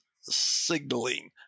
signaling